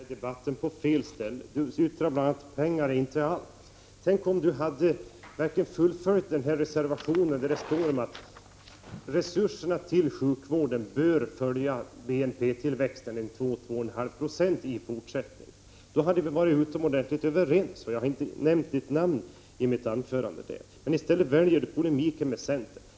Fru talman! Jag vill till Sigge Godin säga att jag tycker han lagt tonvikten i den här debatten på fel ställe när han säger att pengar inte är allt. Tänk om Sigge Godin hade fullföjt den motion där det står att resurserna till sjukvården bör följa BNP-tillväxten i fortsättningen, dvs. 2—2,5 90. Vi hade då varit utomordentligt överens, och jag hade inte nämnt Sigge Godins namn i mitt anförande. Men i stället väljer Sigge Godin att gå i polemik med centern.